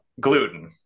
gluten